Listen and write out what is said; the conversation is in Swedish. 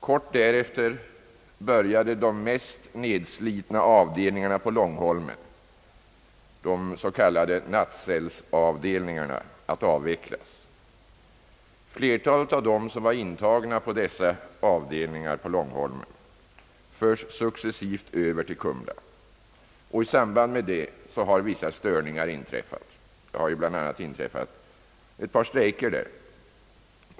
Kort därefter började de mest nedslitna avdelningarna på Långholmen, de s.k. nattcellsavdelningarna, att avvecklas. Flertalet av dem som var intagna på dessa avdelningar på Långholmen fördes successivt över till Kumla. I samband med det har vissa störningar inträffat, bl.a. ett par strejker.